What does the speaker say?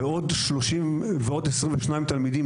לעוד 22 תלמידים,